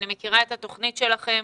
אני מכירה את התוכנית שלכם.